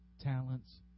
talents